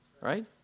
right